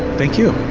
thank you.